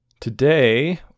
Today